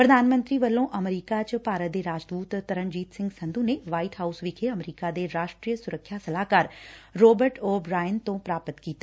ਪ੍ਰਧਾਨ ਮੰਤਰੀ ਵੱਲੋਂ ਅਮਰੀਕਾ ਚ ਭਾਰਤ ਦੇ ਰਾਜਦੁਤ ਤਰਨਜੀਤ ਸਿੰਘ ਸੰਧੁ ਨੇ ਵਾਈਟ ਹਾਊਸ ਵਿਖੇ ਅਮਰੀਕਾ ਦੇ ਰਾਸਟਰੀ ਸੁਰੱਖਿਆ ਸਲਾਹਕਾਰ ਰੋਬਰਟ ਓ ਬਰਾਇਨ ਤੋ ਪ੍ਰਾਪਤ ਕੀਤਾ